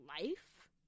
life